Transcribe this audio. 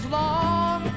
long